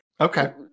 Okay